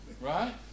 Right